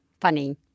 funny